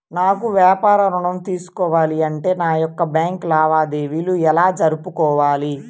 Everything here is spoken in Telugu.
నాకు వ్యాపారం ఋణం తీసుకోవాలి అంటే నా యొక్క బ్యాంకు లావాదేవీలు ఎలా జరుపుకోవాలి?